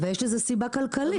ויש לזה סיבה כלכלית.